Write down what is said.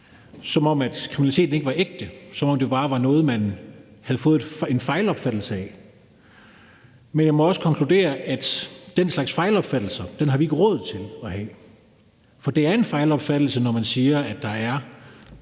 som om kriminaliteten ikke var ægte, og som om det bare var noget, man havde fået en fejlopfattelse af. Men jeg må også konkludere, at den slags fejlopfattelser har vi ikke råd til. For det er en fejlopfattelse, når man siger, at der er